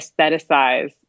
aestheticize